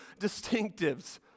distinctives